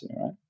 right